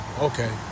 Okay